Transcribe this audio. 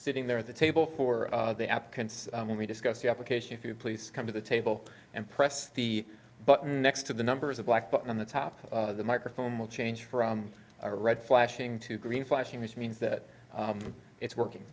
sitting there at the table for the app and we discuss the application if you please come to the table and press the button next to the numbers of black button on the top of the microphone will change from a red flashing to green flashing which means that it's working